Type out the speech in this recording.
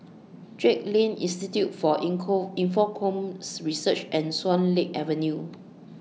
Drake Lane Institute For Infocomm Research and Swan Lake Avenue